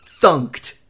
thunked